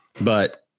But-